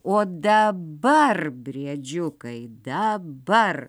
o dabar briedžiukai dabar